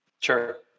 sure